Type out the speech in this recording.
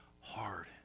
hard